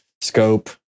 scope